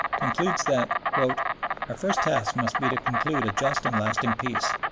concludes that our first task must be to conclude a just and lasting peace,